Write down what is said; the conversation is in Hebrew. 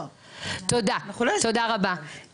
תודה רבה.